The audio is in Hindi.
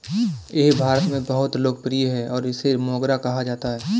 यह भारत में बहुत लोकप्रिय है और इसे मोगरा कहा जाता है